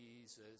Jesus